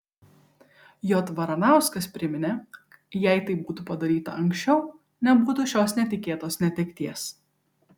j varanauskas priminė jei tai būtų padaryta anksčiau nebūtų šios netikėtos netekties